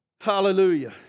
Hallelujah